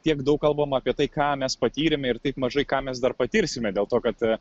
tiek daug kalbama apie tai ką mes patyrėme ir taip mažai ką mes dar patirsime dėl to kad